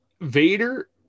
Vader